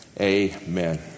Amen